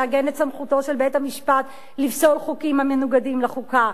לעגן את סמכותו של בית-המשפט לפסול חוקים המנוגדים לחוקה.